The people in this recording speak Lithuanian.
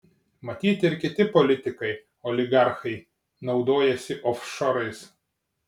matyt ir kiti politikai oligarchai naudojasi ofšorais